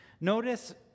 Notice